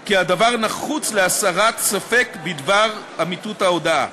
כי הדבר נחוץ להסרת ספק בדבר אמיתות ההודאה.